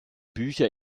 bücher